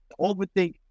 overthink